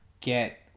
get